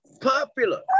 popular